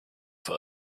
for